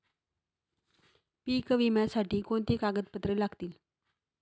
पीक विम्यासाठी कोणती कागदपत्रे लागतील?